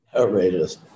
outrageous